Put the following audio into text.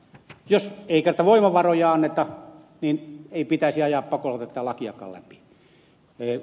jos ei kerran voimavaroja anneta niin ei pitäisi ajaa pakolla tätä lakiakaan läpi